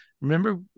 remember